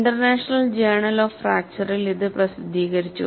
international journal of ഫ്രാക്ചറിൽ ഇത് പ്രസിദ്ധീകരിച്ചു